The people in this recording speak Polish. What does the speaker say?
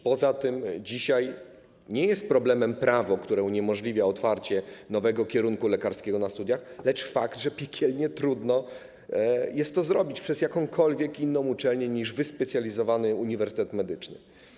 Poza tym dzisiaj nie jest problemem prawo, które uniemożliwia otwarcie nowego kierunku lekarskiego na studiach, lecz fakt, że piekielnie trudno jest to zrobić przez jakąkolwiek inną uczelnię niż wyspecjalizowany uniwersytet medyczny.